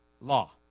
law